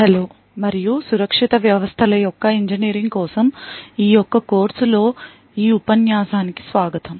hello మరియు secure systems engineering కోసం ఈ యొక్క కోర్సులో ఈ ఉపన్యాసానికి స్వాగతం